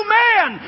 man